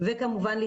בין